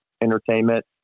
entertainment